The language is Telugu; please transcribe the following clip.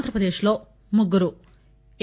ఆంధ్రప్రదేశ్లో ముగ్గురు ఎ